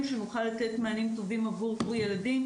כדי שנוכל לתת מענים טובים עבור ילדים.